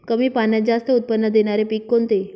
कमी पाण्यात जास्त उत्त्पन्न देणारे पीक कोणते?